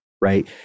right